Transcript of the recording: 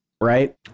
right